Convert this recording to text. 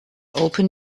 open